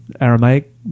Aramaic